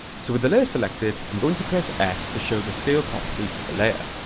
so with the layer selected, i'm going to press s to show the scale property for the layer.